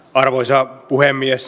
arvoisa puhemies